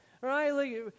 right